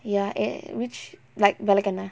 ya eh which like vilakkennai